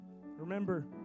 Remember